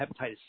hepatitis